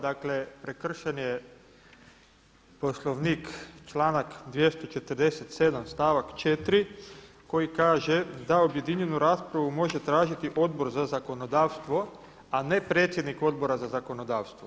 Dakle prekršen je Poslovnik, članak 247. stavak 4. koji kaže da objedinjenu raspravu može tražiti Odbor za zakonodavstvo a ne predsjednik Odbora za zakonodavstvo.